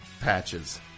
patches